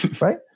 Right